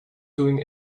doing